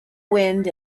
wind